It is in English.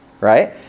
right